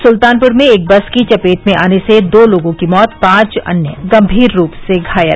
सुल्तानपुर में एक बस की चपेट में आने से दो लोगों की मौत पांच अन्य गम्मीर रूप से घायल